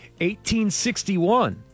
1861